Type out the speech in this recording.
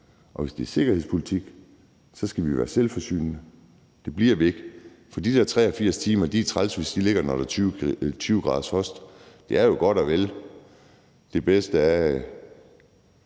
Og hvis det er sikkerhedspolitik, skal vi være selvforsynende, og det bliver vi ikke, for de der 83 timer er trælse, hvis der er 20 graders frost. Det er jo godt og vel det bedste af